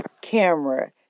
camera